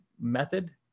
method